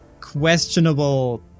questionable